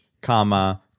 comma